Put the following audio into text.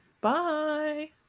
Bye